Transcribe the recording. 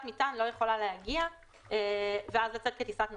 מטען לא יכולה להגיע ואז לצאת כטיסת נוסעים,